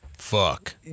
Fuck